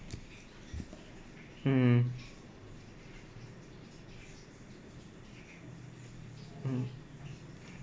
mm